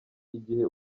igihe